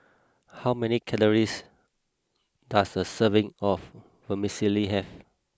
how many calories does a serving of Vermicelli have